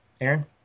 Aaron